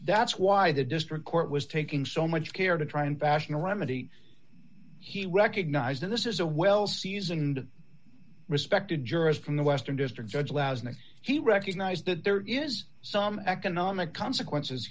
that's why the district court was taking so much care to try and fashion a remedy he were recognized and this is a well seasoned respected jurist from the western district judge lauzon and he recognized that there is some economic consequences